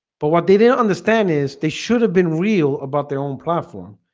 but what they didn't understand is they should have been real about their own platform